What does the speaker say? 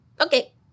Okay